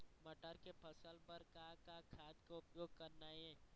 मटर के फसल बर का का खाद के उपयोग करना ये?